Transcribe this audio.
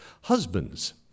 Husbands